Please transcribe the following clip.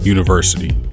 University